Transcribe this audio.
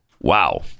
Wow